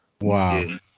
Wow